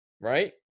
right